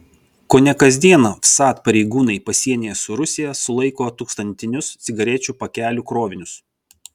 kone kasdien vsat pareigūnai pasienyje su rusija sulaiko tūkstantinius cigarečių pakelių krovinius